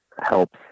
helps